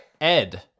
Ed